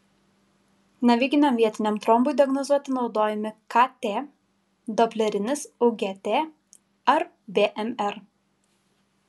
navikiniam veniniam trombui diagnozuoti naudojami kt doplerinis ugt ar bmr